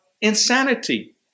insanity